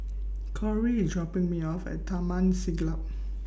Cory IS dropping Me off At Taman Siglap